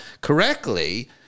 correctly